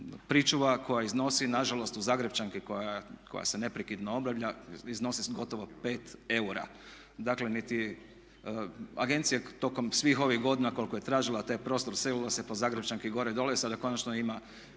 pričuva koja iznosi nažalost u Zagrepčanki koja se neprekidno obnavlja iznosi gotovo 5 eura. Dakle niti, agencija tokom svih ovih godina koliko je tražila taj prostor selila se po Zagrepčanki gore, dole, sada konačno ima